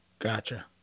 gotcha